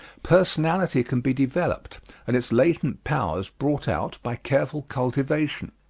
personality can be developed and its latent powers brought out by careful cultivation.